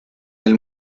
del